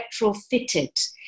retrofitted